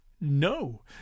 no